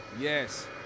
Yes